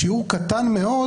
שיעור קטן מאוד,